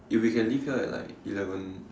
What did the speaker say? if we can leave here at like eleven